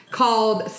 called